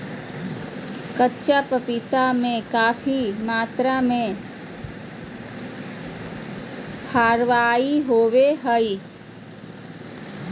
कच्चा पपीता में काफी मात्रा में फाइबर होबा हइ